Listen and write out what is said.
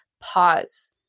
pause